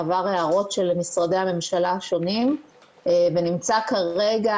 הוא עבר להערות של משרדי הממשלה השונים ונמצא כרגע,